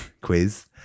quiz